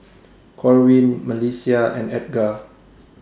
Corwin Melissia and Edgar